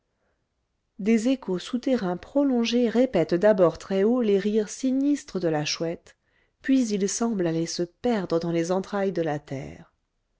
des échos souterrains prolongés répètent d'abord très-haut les rires sinistres de la chouette puis ils semblent aller se perdre dans les entrailles de la terre